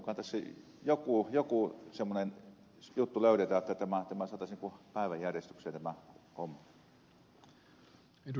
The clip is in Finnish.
toivon mukaan tässä joku semmoinen juttu löydetään jotta tämä saataisiin päiväjärjestykseen tämä homma